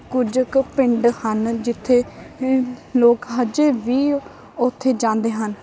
ਕੁਝ ਕੁ ਪਿੰਡ ਹਨ ਜਿੱਥੇ ਲ ਲੋਕ ਹਜੇ ਵੀ ਉੱਥੇ ਜਾਂਦੇ ਹਨ